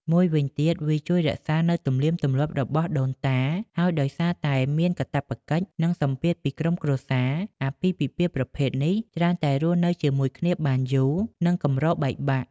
មួយវិញទៀត វាជួយរក្សានូវទំនៀមទម្លាប់របស់ដូនតា ហើយដោយសារតែមានកាតព្វកិច្ច និងសម្ពាធពីក្រុមគ្រួសារ អាពាហ៍ពិពាហ៍ប្រភេទនេះច្រើនតែរស់នៅជាមួយគ្នាបានយូរ និងកម្របែកបាក់។